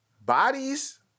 Bodies